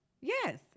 Yes